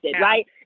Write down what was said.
right